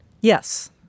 Yes